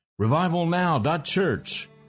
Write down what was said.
revivalnow.church